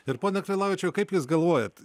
ir pone krilavičiau kaip jūs galvojat